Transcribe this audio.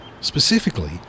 specifically